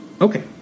Okay